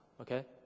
okay